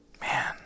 Man